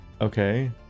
okay